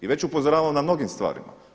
I već upozoravamo na mnogim stvarima.